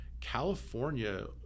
California